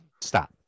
stop